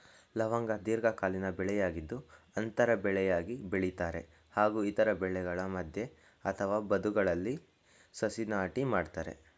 ಲವಂಗ ದೀರ್ಘಕಾಲೀನ ಬೆಳೆಯಾಗಿದ್ದು ಅಂತರ ಬೆಳೆಯಾಗಿ ಬೆಳಿತಾರೆ ಹಾಗೂ ಇತರ ಬೆಳೆಗಳ ಮಧ್ಯೆ ಅಥವಾ ಬದುಗಳಲ್ಲಿ ಸಸಿ ನಾಟಿ ಮಾಡ್ತರೆ